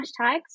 hashtags